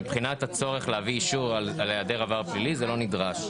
מבחינת הצורך להביא אישור על היעדר עבר פלילי זה לא נדרש.